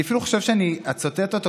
אני אפילו חושב שאני אצטט אותו,